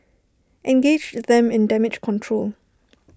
engage them in damage control